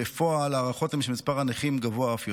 בפועל, ההערכות הן שמספר הנכים גבוה אף יותר.